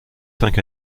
cinq